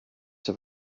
have